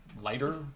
lighter